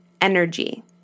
energy